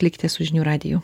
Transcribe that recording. likite su žinių radiju